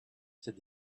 said